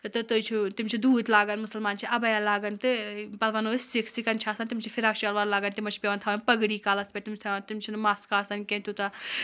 تہٕ تُہۍ چھِو تِم چھِ دوٗد لاگن مُسلمان چھِ اَبیا لاگان تہٕ پَتہٕ وَنو أسۍ سِک سِکَن چھِ آسان تِم چھِ فِراق شَلوار لاگان تِمَن چھِ پؠوان تھاوان پٔکڈی کالَس پؠٹھ تِم چھِ تھاوان تِم چھِنہٕ مَس کاسان کینٛہہ توٗتاہ